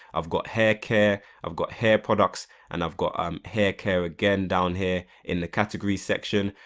i've got hair care, i've got hair products and i've got um hair care again down here in the category section.